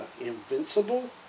Invincible